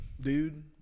Dude